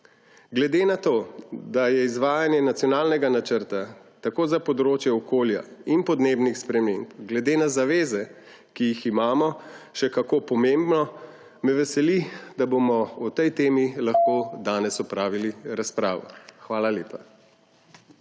Glede na to, da je izvajanje nacionalnega načrta tako za področje okolja in podnebnih sprememb glede na zaveze, ki jih imamo, še kako pomembno, me veseli, da bomo o tej temi lahko danes opravili razpravo. Hvala lepa.